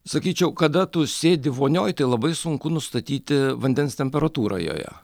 sakyčiau kada tu sėdi vonioj tai labai sunku nustatyti vandens temperatūrą joje